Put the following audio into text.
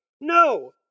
No